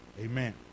amen